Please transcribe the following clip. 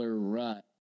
rut